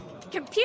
Computer